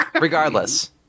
regardless